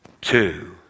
two